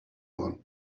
one